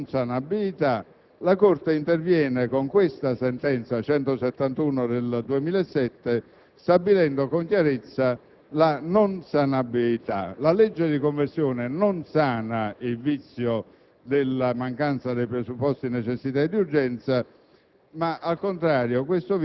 sanabilità-non sanabilità - la Corte interviene con la sentenza n. 171 del 2007, stabilendo con chiarezza la non sanabilità. La legge di conversione non sana il vizio della mancanza dei presupposti di necessità ed urgenza